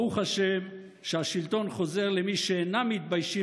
ברוך השם שהשלטון חוזר למי שאינם מתביישים